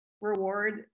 reward